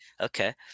okay